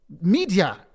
Media